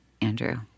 Andrew